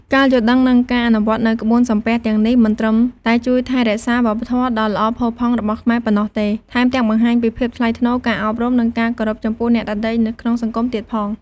ការយល់ដឹង និងការអនុវត្តនូវក្បួនសំពះទាំងនេះ មិនត្រឹមតែជួយថែរក្សាវប្បធម៌ដ៏ល្អផូរផង់របស់ខ្មែរប៉ុណ្ណោះទេ ថែមទាំងបង្ហាញពីភាពថ្លៃថ្នូរ ការអប់រំ និងការគោរពចំពោះអ្នកដទៃនៅក្នុងសង្គមទៀតផង។